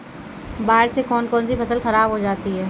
बाढ़ से कौन कौन सी फसल खराब हो जाती है?